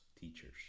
teachers